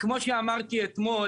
כמו שאמרתי אתמול,